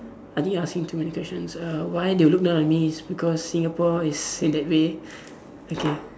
I think you asking too many question uh why they'll look down on me is because Singapore is in that way okay